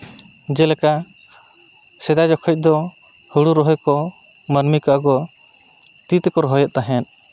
ᱡᱮᱞᱮᱠᱟ ᱥᱮᱫᱟᱭ ᱡᱚᱠᱷᱚᱡ ᱫᱚ ᱦᱳᱲᱳ ᱨᱚᱦᱚᱭ ᱠᱚ ᱢᱟᱹᱱᱢᱤ ᱠᱚ ᱟᱠᱚ ᱛᱤ ᱛᱮᱠᱚ ᱨᱚᱦᱚᱭᱮᱜ ᱛᱟᱦᱮᱸᱜ